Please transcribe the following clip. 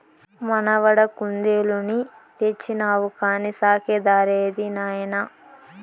మనవడా కుందేలుని తెచ్చినావు కానీ సాకే దారేది నాయనా